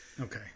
Okay